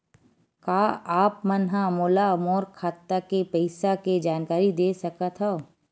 का आप मन ह मोला मोर खाता के पईसा के जानकारी दे सकथव?